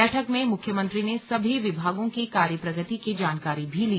बैठक में मुख्यमंत्री ने सभी विभागों की कार्य प्रगति की जानकारी भी ली